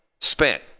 spent